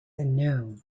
unknown